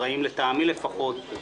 רעים לטעמי לפחות,